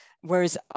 Whereas